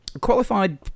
qualified